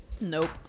Nope